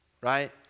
right